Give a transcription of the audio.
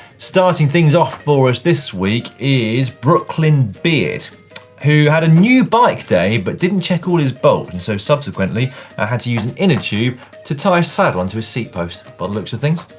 starting things off for us this week is brooklynbeard who had a new bike day but didn't check all his bolts and so subsequently ah had to use an innertube to tie a saddle onto his seat post by the but looks of things.